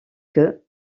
queues